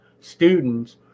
students